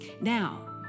Now